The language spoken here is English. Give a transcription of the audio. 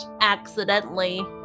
accidentally